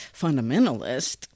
fundamentalist